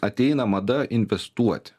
ateina mada investuoti